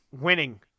Winning